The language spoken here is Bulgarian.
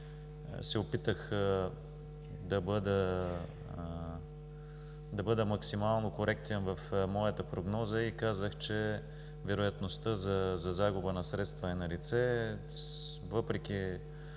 Опитах се да бъда максимално коректен в моята прогноза и казах, че вероятността за загуба на средства е налице, въпреки